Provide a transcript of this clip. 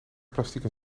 plastieken